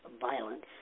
Violence